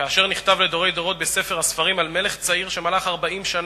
כאשר נכתב לדורי דורות בספר הספרים על מלך צעיר שמלך 40 שנה.